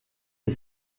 est